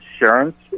insurance